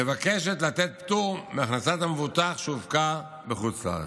מבקשת לתת פטור מהכנסת המבוטח שהופקה בחוץ לארץ,